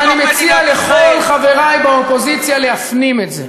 ואני מציע לכל חברי באופוזיציה להפנים את זה,